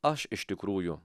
aš iš tikrųjų